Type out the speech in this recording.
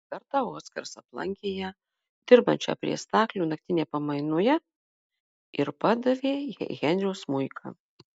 kartą oskaras aplankė ją dirbančią prie staklių naktinėje pamainoje ir padavė jai henrio smuiką